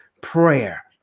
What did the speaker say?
prayer